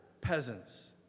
peasants